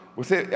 você